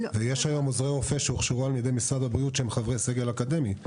יש היום עוזרי רופא שהוכשרו על ידי משרד הבריאות שהם חברי סגל אקדמי.